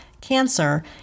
cancer